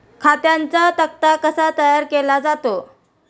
खात्यांचा तक्ता कसा तयार केला जातो?